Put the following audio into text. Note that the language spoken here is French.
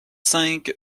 cinq